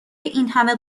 اینهمه